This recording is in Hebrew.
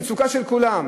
שהיא מצוקה של כולם,